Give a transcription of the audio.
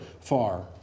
far